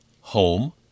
home